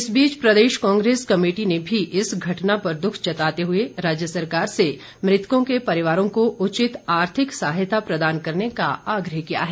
इस बीच प्रदेश कांग्रेस कमेटी ने भी इस घटना पर दुख जताते हुए राज्य सरकार से मृतकों के परिवारों को उचित आर्थिक सहायता प्रदान करने का आग्रह किया है